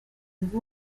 bwo